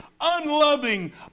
unloving